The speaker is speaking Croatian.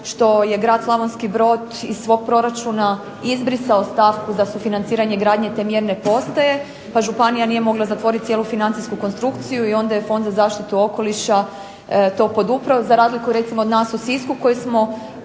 što je grad Slavonski Brod iz svog proračuna izbrisao stavku za sufinanciranje gradnje te mjerne postaje pa županija nije mogla zatvoriti cijelu financijsku konstrukciju i onda je Fonda za zaštitu okoliša to podupro za razliku recimo nas u Sisku koji smo